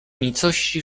nicości